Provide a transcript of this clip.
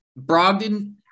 Brogdon